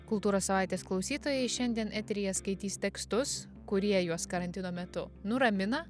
kultūros savaitės klausytojai šiandien eteryje skaitys tekstus kurie juos karantino metu nuramina